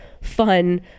fun